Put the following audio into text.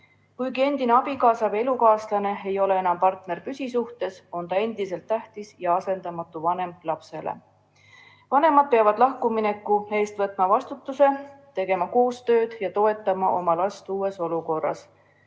Kuigi endine abikaasa või elukaaslane ei ole enam partner püsisuhtes, on ta endiselt tähtis ja asendamatu vanem lapsele. Vanemad peavad lahkumineku eest vastutama, tegema koostööd ja toetama oma last uues olukorras.